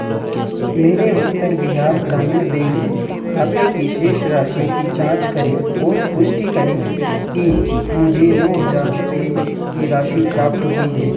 मेरे उत्तर बिहार ग्रामीण बैंक खाते की शेष राशि की जाँच करें और पुष्टि करें कि मुझे नौ हज़ार रुपये की राशि प्राप्त हुई है